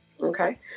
Okay